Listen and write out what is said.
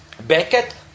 Beckett